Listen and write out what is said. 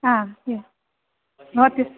हा भवत्य